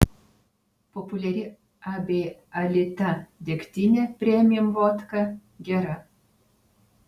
populiari ab alita degtinė premium vodka gera